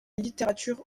littérature